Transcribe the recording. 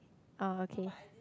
ah okay